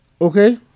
Okay